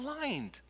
blind